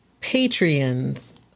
Patreon's